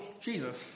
Jesus